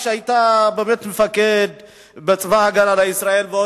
שהיית מפקד בצבא-הגנה לישראל,